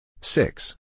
six